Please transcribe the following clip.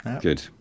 good